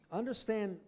understand